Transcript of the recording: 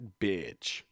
bitch